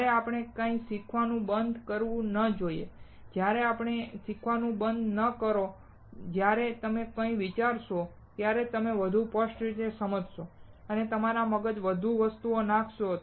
અને આપણે ક્યારેય શીખવાનું બંધ ન કરવું જોઈએ અને જ્યારે તમે ક્યારેય શીખવાનું બંધ ન કરો જ્યારે તમે કંઇક વાંચશો ત્યારે તમે વધુ સ્પષ્ટ રીતે સમજો છો અને તમારા મગજમાં વધુ વસ્તુઓ નાખશો